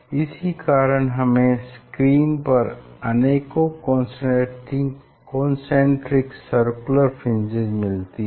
इसी कारण हमें स्क्रीन पर अनेकों कन्सेन्ट्रिक सर्कुलर फ्रिंजेस मिलती हैं